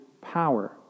power